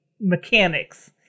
mechanics